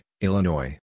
Illinois